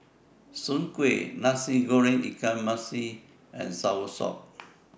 Soon Kueh Nasi Goreng Ikan Masin and Soursop